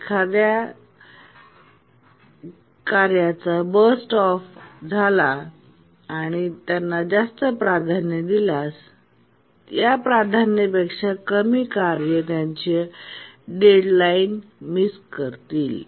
एकदा या कार्याचा बर्स्टस ऑफ झाला आणि त्यांना जास्त प्राधान्य दिल्यास या प्राधान्यापेक्षा कमी कार्य त्यांच्या डेडलाईन मिस करतील